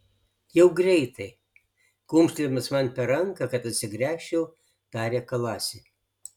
jau greitai kumštelėdamas man per ranką kad atsigręžčiau tarė kalasi